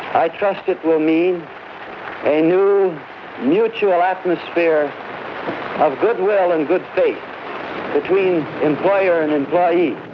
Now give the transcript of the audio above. i trust it will mean a new mutual atmosphere of goodwill and good faith between employer and employee